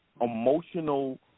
emotional